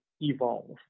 evolve